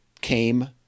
came